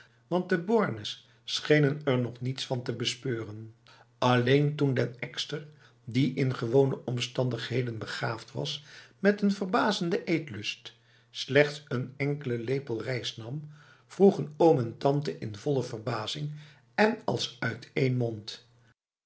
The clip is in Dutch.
want de bornes schenen er nog niets van te bespeuren alleen toen den ekster die in gewone omstandigheden begaafd was met een verbazende eetlust slechts een enkele lepel rijst nam vroegen oom en tante in volle verbazing en als uit één mond